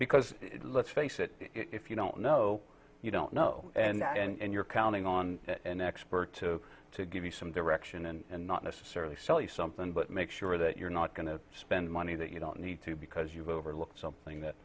because let's face it if you don't know you don't know and you're counting on an expert to to give you some direction and not necessarily sell you something but make sure that you're not going to spend money that you don't need to because you've overlooked something that